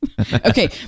okay